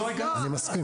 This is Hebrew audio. לא הגענו להסכמה.